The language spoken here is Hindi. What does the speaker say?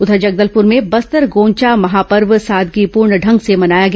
उधर जगदलपुर में बस्तर गोंचा महापर्व सादगीपूर्ण ढंग से मनाया गया